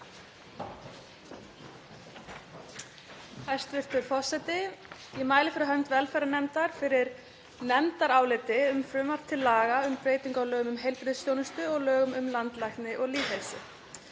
Hæstv. forseti. Ég mæli fyrir hönd velferðarnefndar fyrir nefndaráliti um frumvarp til laga um breytingu á lögum um heilbrigðisþjónustu og lögum um landlækni og lýðheilsu.